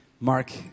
Mark